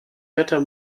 wetter